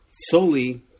solely